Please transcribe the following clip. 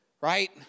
right